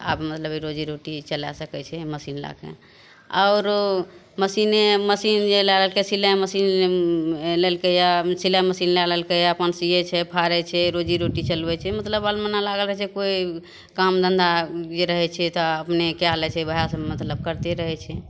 आब मतलब जे रोजी रोटी चला सकय छै मशीन लए कऽ औरो मशीने मशीन जे लए लेलकय सिलाइ मशीन लेलकय यऽ सिलाइ मशीन लए लेलकय यऽ अपन सीयै छै फाड़य छै रोजी रोटी चलबय छै मतलब अलमना लागल रहय छै कोइ काम धन्धा जे रहय छै तऽ अपने कए लै छै वएह सब मतलब करते रहय छै